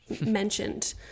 mentioned